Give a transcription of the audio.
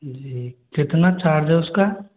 जी कितना चार्ज है उसका